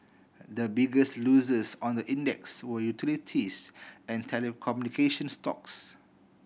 the biggest losers on the index were utilities and telecommunication stocks